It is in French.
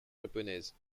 japonaises